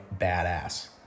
badass